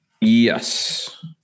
yes